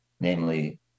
namely